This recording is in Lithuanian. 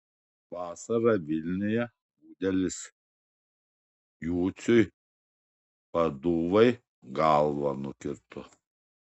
vasarą vilniuje budelis juciui paduvai galvą nukirto